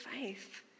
faith